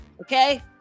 okay